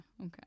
okay